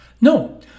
No